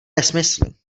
nesmysly